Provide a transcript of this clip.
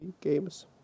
games